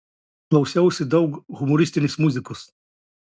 klausiausi daug humoristinės muzikos